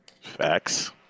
facts